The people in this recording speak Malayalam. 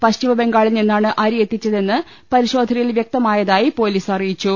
പശ്ചിമബംഗാളിൽ നിന്നാണ് അരി എത്തി ച്ചതെന്ന് പരിശോധനയിൽ വ്യക്തമായതായി പൊലീസ് അറിയി ച്ചു